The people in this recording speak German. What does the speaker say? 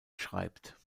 schreibt